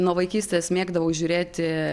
nuo vaikystės mėgdavau žiūrėti